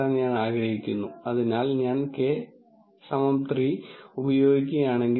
നിങ്ങൾ ചെയ്യേണ്ടത് ഞാൻ നിങ്ങൾക്ക് കാണിച്ചുതന്ന സൂക്ഷ്മാണുക്കളുടെ ഉദാഹരണം പോലെയാണ്